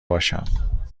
باشم